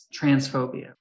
transphobia